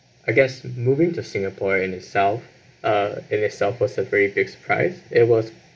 I guess moving to singapore in itself uh in itself was a very big surprise it was